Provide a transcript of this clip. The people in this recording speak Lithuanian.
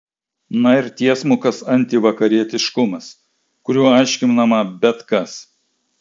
na ir tiesmukas antivakarietiškumas kuriuo aiškinama bet kas